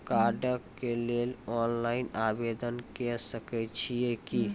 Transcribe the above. कार्डक लेल ऑनलाइन आवेदन के सकै छियै की?